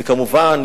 וכמובן,